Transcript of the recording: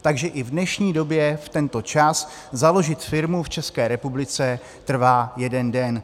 Takže i v dnešní době v tento čas založit firmu v České republice trvá jeden den.